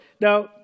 now